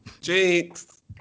Jinx